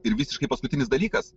ir visiškai paskutinis dalykas